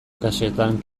kaxetan